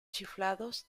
chiflados